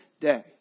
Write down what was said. day